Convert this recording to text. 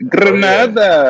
Granada